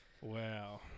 wow